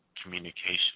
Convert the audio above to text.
Communication